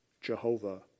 Jehovah